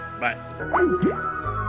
Bye